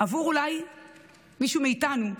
עבור אולי מישהו מאיתנו,